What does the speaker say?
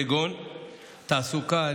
כגון תעסוקה,